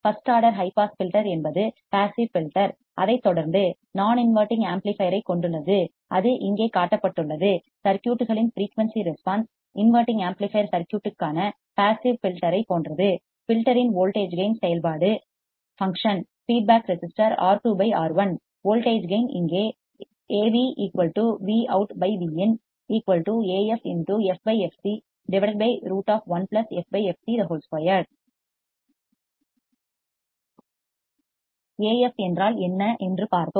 first order high pass filter என்பது passive filter அதைத் தொடர்ந்து நான் இன்வடிங் ஆம்ப்ளிபையர் ஐக் கொண்டுள்ளது அது இங்கே காட்டப்பட்டுள்ளது சர்க்யூட்களின் ஃபிரீயூன்சி ரெஸ்பான்ஸ் இன்வடிங் ஆம்ப்ளிபையர் சர்க்யூட்கான பாசிவ் ஃபில்டர் ஐப் போன்றது ஃபில்டர்யின் வோல்டேஜ் கேயின் செயல்பாடு function feedback resistor R2 R1 voltage gain இங்கே Af என்றால் என்ன என்று பார்த்தோம்